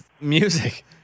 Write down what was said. music